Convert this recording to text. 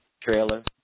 trailer